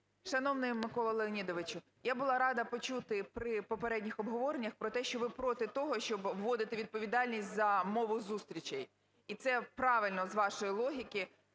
Шановний Миколо Леонідовичу, я була рада почути при попередніх обговореннях про те, що ви проти того, щоб вводити відповідальність за мову зустрічей, і це правильно з вашої логіки.